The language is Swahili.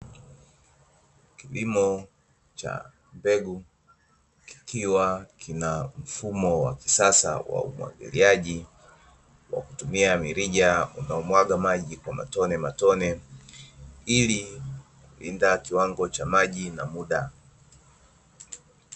Kilimo cha mbegu kikiwa kina mfumo wa kisasa wa umwagiliaji wa kutumia mirija unaomwaga maji kwa matone matone ili kulinda kiwango cha maji na muda.